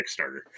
Kickstarter